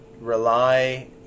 rely